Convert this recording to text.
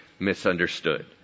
misunderstood